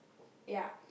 ya